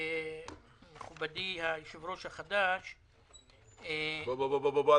מכובדי היושב-ראש החדש --- בוא, בוא, בוא.